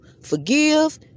Forgive